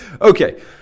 Okay